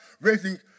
raising